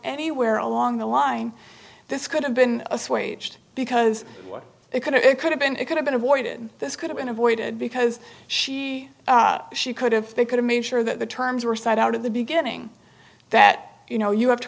anywhere along the line this could have been assuaged because it could it could have been it could have been avoided this could have been avoided because she she could if they could have made sure that the terms were side out of the beginning that you know you have to